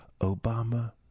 Obama